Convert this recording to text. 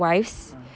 ah